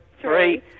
three